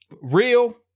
real